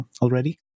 already